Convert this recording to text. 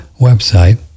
website